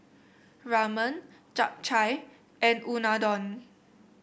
Ramen Japchae and Unadon